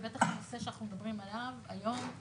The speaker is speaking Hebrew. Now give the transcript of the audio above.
ובטח הנושא שאנחנו מדברים עליו היום,